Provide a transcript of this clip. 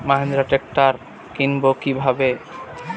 Mahindra tractor কিনবো কি ভাবে?